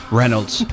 reynolds